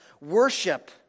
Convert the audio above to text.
worship